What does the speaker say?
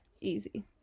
easy